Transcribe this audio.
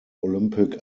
olympic